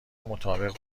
مطابق